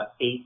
eight